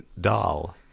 doll